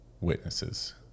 witnesses